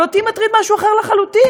אבל אותי מטריד משהו אחר לחלוטין.